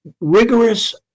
rigorous